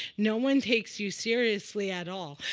no one takes you seriously at all.